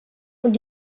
und